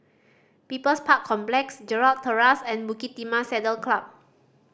People's Park Complex Gerald Terrace and Bukit Timah Saddle Club